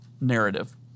narrative